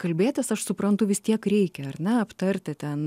kalbėtis aš suprantu vis tiek reikia ar ne aptarti ten